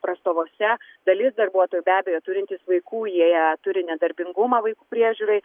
prastovose dalis darbuotojų be abejo turintys vaikų jie turi nedarbingumą vaikų priežiūrai